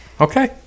Okay